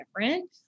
different